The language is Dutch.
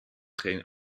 geen